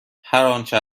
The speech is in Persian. انچه